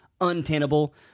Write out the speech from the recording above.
untenable